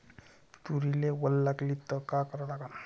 तुरीले वल लागली त का करा लागन?